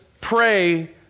pray